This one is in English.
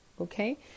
okay